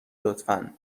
لطفا